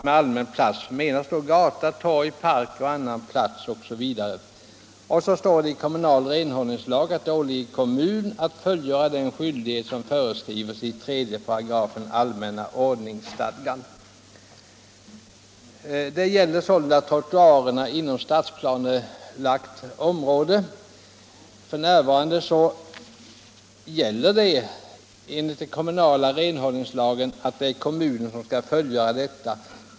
Med allmän plats menas gata, torg, park osv. Enligt den kommunala renhållningslagen åligger det kommun att fullgöra den skyldighet som föreskrivs i 3 § allmänna ordningsstadgan. Inom stadsplanelagt område skall alltså kommunen svara för renhållningen av trottoarerna.